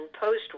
post